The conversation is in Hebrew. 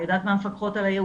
אני יודעת מהמפקחות על הייעוץ.